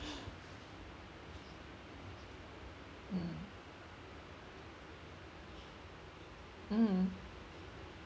mm mm